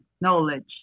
knowledge